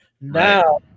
Now